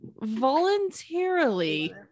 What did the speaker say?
voluntarily